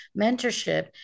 mentorship